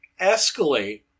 escalate